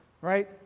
right